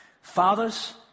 Fathers